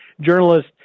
journalist